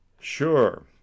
Sure